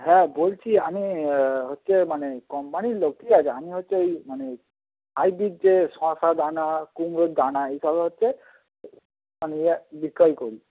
হ্যাঁ বলছি আমি হচ্ছে মানে কোম্পানির লোক ঠিক আছে আমি হচ্ছে ওই মানে হাইব্রিড যে শসা দানা কুমড়োর দানা এইসব হচ্ছে মানে ই বিক্রয় করি